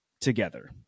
together